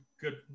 good